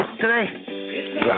today